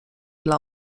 dla